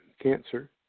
cancer